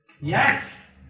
Yes